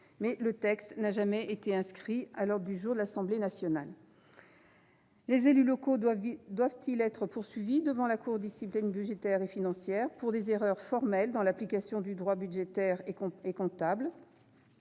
Ce texte n'a jamais été inscrit à l'ordre du jour de l'Assemblée nationale. Les élus locaux doivent-ils être poursuivis devant la Cour de discipline budgétaire et financière pour des erreurs formelles dans l'application du droit budgétaire et comptable ?